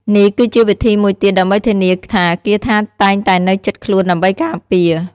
នេះគឺជាវិធីមួយទៀតដើម្បីធានាថាគាថាតែងតែនៅជិតខ្លួនដើម្បីការពារ។